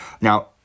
Now